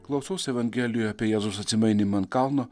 klausausi evangelijoje apie jėzaus atsimainymą ant kalno